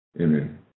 Amen